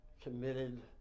committed